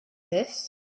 this